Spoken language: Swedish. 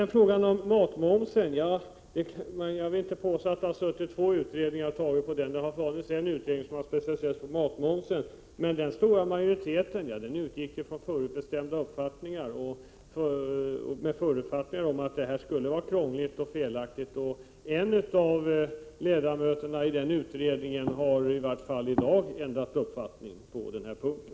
Beträffande matmomsen vill jag inte påstå att det är två utredningar som har sett på den frågan. Det är en utredning som har specialiserat sig på frågan om matmomsen. Men den stora majoriteten där utgick från förutbestämda uppfattningar om att det skulle vara krångligt och felaktigt. I dag har i varje fall en av ledamöterna i den utredningen ändrat uppfattning i frågan.